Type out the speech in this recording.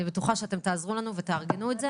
אני בטוחה שאתם תעזרו לנו ותארגנו את זה.